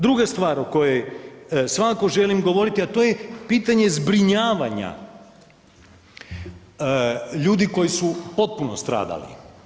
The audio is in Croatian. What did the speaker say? Druga stvar o kojoj svakako želim govoriti, a to je pitanje zbrinjavanja ljudi koji su potpuno stradali.